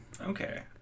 Okay